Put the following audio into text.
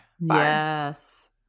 yes